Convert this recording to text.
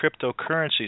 cryptocurrencies